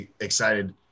excited